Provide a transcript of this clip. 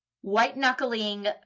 white-knuckling